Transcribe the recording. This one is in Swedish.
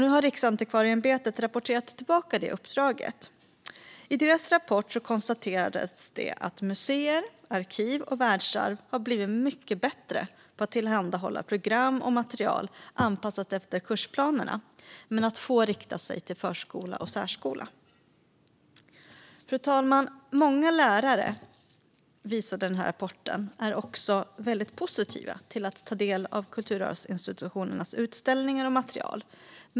Nu har Riksantikvarieämbetet rapporterat tillbaka det uppdraget. I deras rapport konstateras det att museer, arkiv och världsarv har blivit mycket bättre på att tillhandahålla program och material anpassade efter kursplanerna men att få riktar sig till förskola och särskola. Fru talman! Rapporten visar också att många lärare är väldigt positiva till att ta del av kulturarvsinstitutionernas utställningar och material.